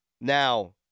Now